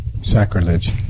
Sacrilege